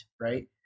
right